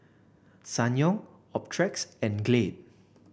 Ssangyong Optrex and Glade